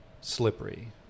slippery